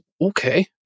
Okay